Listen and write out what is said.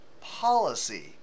policy